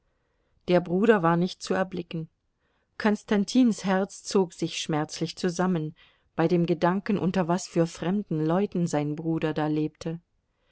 der bruder war nicht zu erblicken konstantins herz zog sich schmerzlich zusammen bei dem gedanken unter was für fremden leuten sein bruder da lebte